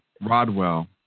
Rodwell